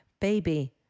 baby